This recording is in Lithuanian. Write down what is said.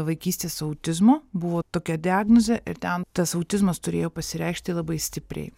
vaikystės autizmo buvo tokia diagnozė ir ten tas autizmas turėjo pasireikšti labai stipriai